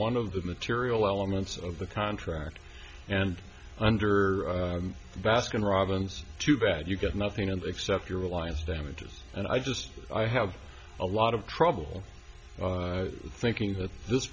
one of the material elements of the contract and under baskin robins too bad you get nothing and except your alliance damages and i just i have a lot of trouble thinking that this